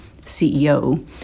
CEO